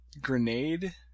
grenade